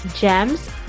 GEMS